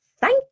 Thank